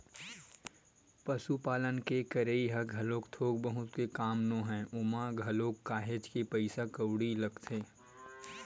पसुपालन के करई ह घलोक थोक बहुत के काम नोहय ओमा घलोक काहेच के पइसा कउड़ी लगथे